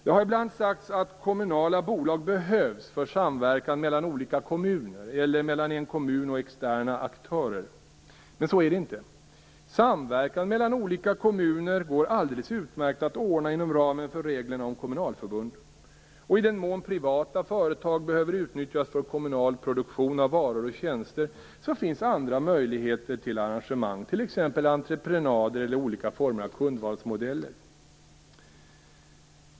Det har ibland sagts att kommunala bolag behövs för samverkan mellan olika kommuner eller mellan en kommun och externa aktörer, men så är det inte. Samverkan mellan olika kommuner går alldeles utmärkt att ordna inom ramen för reglerna om kommunalförbund. I den mån privata företag behöver utnyttjas för kommunal produktion av varor och tjänster finns det andra möjligheter till arrangemang, t.ex. entreprenader eller olika former av kundvalsmodeller.